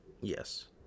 yes